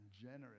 generous